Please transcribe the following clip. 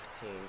Team